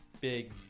Big